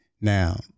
Now